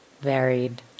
varied